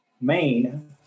Main